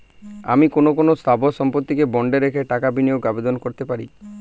আমি কোন কোন স্থাবর সম্পত্তিকে বন্ডে রেখে টাকা বিনিয়োগের আবেদন করতে পারি?